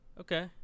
okay